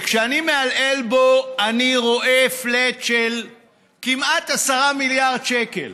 כשאני מעלעל בו אני רואה flat של כמעט 10 מיליארד שקלים.